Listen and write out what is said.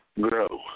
grow